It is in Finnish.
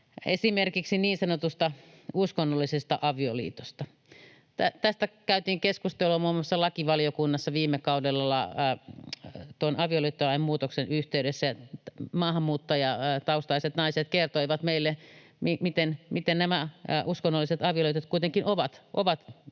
esimerkiksi niin sanotusta uskonnollisesta avioliitosta. Tästä käytiin keskustelua muun muassa lakivaliokunnassa viime kaudella avioliittolain muutoksen yhteydessä. Maahanmuuttajataustaiset naiset kertoivat meille, miten nämä uskonnolliset avioliitot kuitenkin ovat